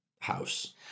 house